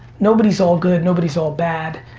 nobody's all good, nobody's all bad.